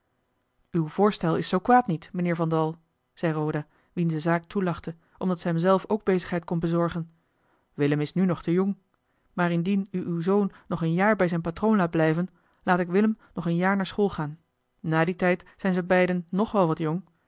uw voorstel is zoo kwaad niet mijnheer van dal zei roda wien de zaak toelachte omdat ze hem zelf ook bezigheid kon bezorgen willem is nu nog te jong maar indien u uw zoon nog een jaar bij zijn patroon laat blijven laat ik willem nog een jaar naar school gaan na dien tijd zijn ze beiden nog wel wat jong